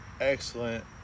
excellent